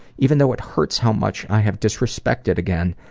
even though it hurts how much i have disrespected again,